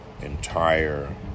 entire